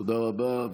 תודה רבה.